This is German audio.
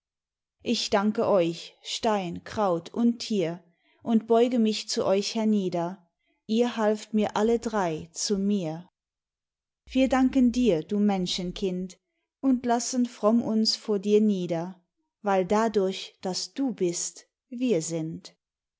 ich danke euch stein kraut und tier und beuge mich zu euch hernieder ihr halft mir alle drei zu mir wir danken dir du menschenkind und lassen fromm uns vor dir nieder weil dadurch daß du bist wir sind